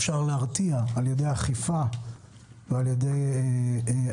אפשר להרתיע על ידי אכיפה או על ידי ענישה,